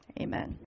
Amen